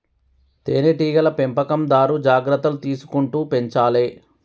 తేనె టీగల పెంపకందారు జాగ్రత్తలు తీసుకుంటూ పెంచాలే